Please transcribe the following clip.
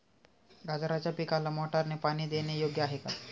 गाजराच्या पिकाला मोटारने पाणी देणे योग्य आहे का?